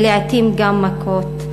ולעתים גם מכות.